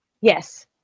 Yes